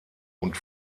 und